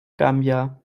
gambia